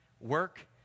Work